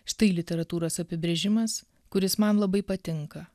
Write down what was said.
štai literatūros apibrėžimas kuris man labai patinka